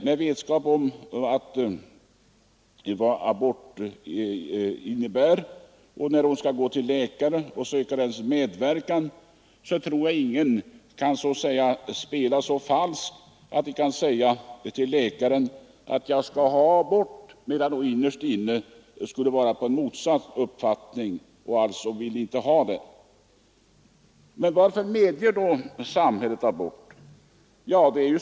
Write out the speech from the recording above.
Med tanke på vad en abort innebär tror jag inte att någon kvinna kan gå till en läkare för att få abort och spela så falskt att hon säger till läkaren att hon vill ha abort, medan hon innerst inne inte vill ha det. Varför medger då samhället abort?